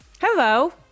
Hello